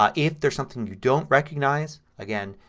um if there's something you don't recognize, again,